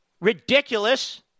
Ridiculous